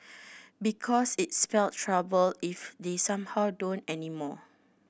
because it'd spell trouble if they somehow don't anymore